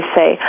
say